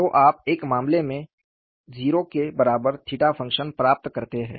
तो आप एक मामले में 0 के बराबर 𝜽 फ़ंक्शन प्राप्त करते हैं